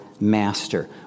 master